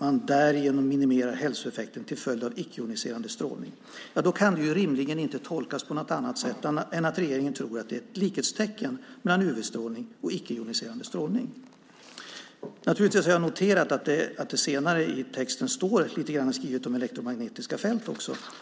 att "därigenom minimera hälsoeffekterna till följd av icke-joniserande strålning" - kan det rimligen inte tolkas på något annat sätt än att regeringen tror att det är likhetstecken mellan UV-strålning och icke-joniserande strålning. Naturligtvis har jag noterat att det senare i texten står lite grann också om elektromagnetiska fält.